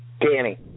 Danny